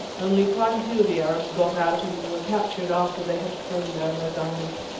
only quite a few of the arabs got out and were captured after they had thrown down their guns.